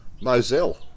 Moselle